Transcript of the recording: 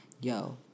yo